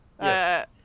yes